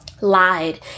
lied